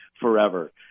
forever